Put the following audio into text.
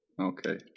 Okay